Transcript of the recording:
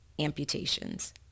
amputations